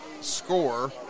score